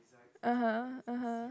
(uh huh) (uh huh)